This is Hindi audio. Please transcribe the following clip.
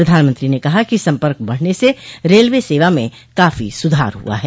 प्रधानमंत्री ने कहा कि सम्पर्क बढ़ने से रेलवे सेवा में काफी सुधार हुआ है